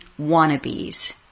wannabes